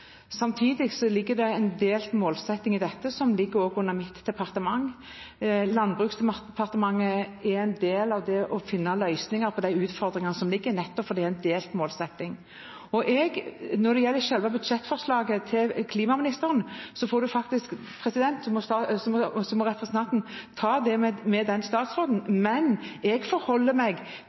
Samtidig ligger det en delt målsetting i dette som også ligger under mitt departement. Landbruks- og matdepartementet er en del av det å finne løsninger på de utfordringene som foreligger, nettopp fordi det er en delt målsetting. Når det gjelder selve budsjettforslaget til klimaministeren, må representanten ta det med den statsråden. Jeg forholder meg til regjeringens politikk, og